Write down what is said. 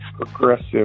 progressive